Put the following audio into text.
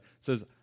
says